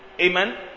Amen